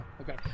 Okay